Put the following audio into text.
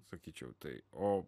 sakyčiau tai o